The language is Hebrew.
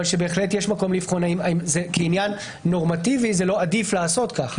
בהחלט יש מקום לבחון האם כעניין נורמטיבי זה לא עדיף לעשות כך.